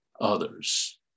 others